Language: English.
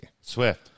Swift